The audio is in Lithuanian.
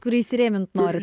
kurią įsirėmint norit